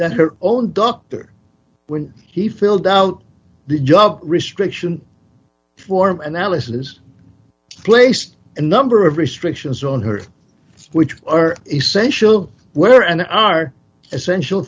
that her own doctor when he filled out the job restriction form analysis placed a number of restrictions on her which are essential wear and are essential